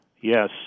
Yes